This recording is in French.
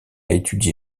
étudié